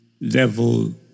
level